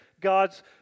God's